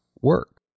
work